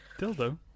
Dildo